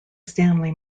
stanley